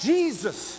Jesus